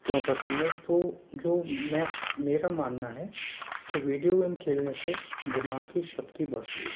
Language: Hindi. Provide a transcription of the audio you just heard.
क्यों पसंद है तो जो मैं मेरा मानना है कि विडियो गेम खेलने से दिमाग की शक्ति बढ़ती है